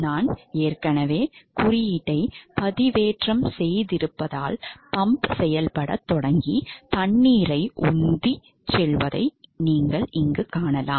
நான் ஏற்கனவே குறியீட்டைப் பதிவேற்றம் செய்திருப்பதால் பம்ப் செயல்படத் தொடங்கி தண்ணீரை உந்திச் செல்வதை நீங்கள் காணலாம்